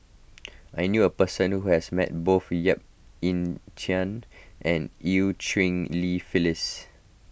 I knew a person who has met both Yap Ee Chian and Eu Cheng Li Phyllis